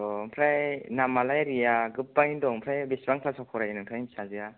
ओमफ्राय नामालाय रिया गोबाङैनो दं ओमफ्राय बिसिबां क्लासआव फरायो नोंथांनि फिसाजोआ